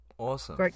Awesome